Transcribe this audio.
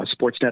Sportsnet